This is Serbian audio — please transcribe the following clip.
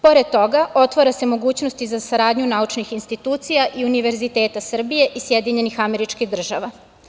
Pored toga, otvara se mogućnost i za saradnju naučnih institucija i univerziteta Srbije i SAD.